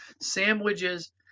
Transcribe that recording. sandwiches